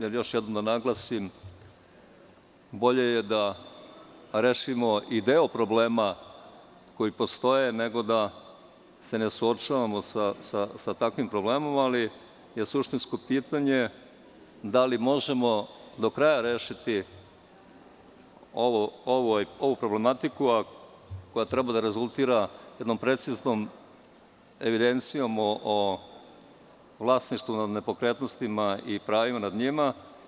Još jednom da naglasim, bolje je da rešimo i deo problema koji postoje, nego da se ne suočavamo sa takvim problemom, ali je suštinsko pitanje da li možemo do kraja rešiti ovu problematiku, a koja treba da rezultira jednom preciznom evidencijom o vlasništvu nad nepokretnostima i pravima nad njima.